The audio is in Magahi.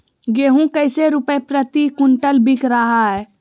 गेंहू कैसे रुपए प्रति क्विंटल बिक रहा है?